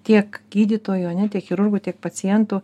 tiek gydytojo ne tik chirurgų tiek pacientų